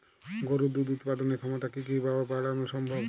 গরুর দুধ উৎপাদনের ক্ষমতা কি কি ভাবে বাড়ানো সম্ভব?